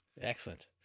excellent